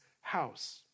house